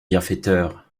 bienfaiteur